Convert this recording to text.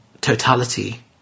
totality